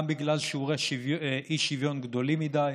גם בגלל שיעורי אי-שוויון גדולים מדי,